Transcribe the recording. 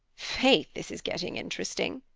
faith, this is getting interesting.